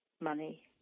money